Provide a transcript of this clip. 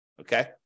Okay